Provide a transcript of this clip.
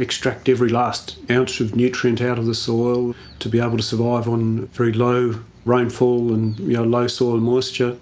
extract every last ounce of nutrient out of the soil to be able to survive on very low rainfall and yeah low soil moisture